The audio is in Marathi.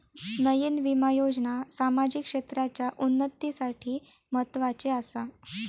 नयीन विमा योजना सामाजिक क्षेत्राच्या उन्नतीसाठी म्हत्वाची आसा